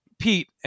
Pete